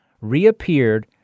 reappeared